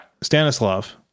Stanislav